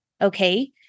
okay